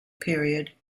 period